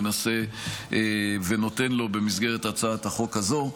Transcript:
מנסה ונותן לו במסגרת הצעת החוק הזאת.